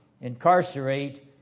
incarcerate